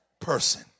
person